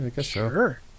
Sure